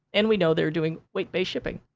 and, we know they're doing weight-based shipping.